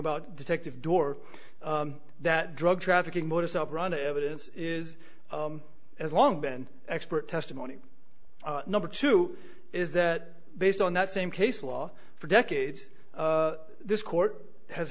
about detective door that drug trafficking modus operandi evidence is as long been expert testimony number two is that based on that same case law for decades this court has